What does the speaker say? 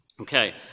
Okay